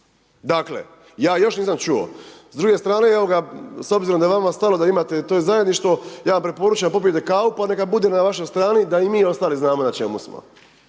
Dakle, ja još nisam čuo, s druge strane, evo ga, s obzirom da je vama stalo da imate to zajedništvo, ja vam preporučam da popijete kavu pa neka bude na vašoj strani da i mi ostali znamo na čemu smo,